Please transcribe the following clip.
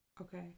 Okay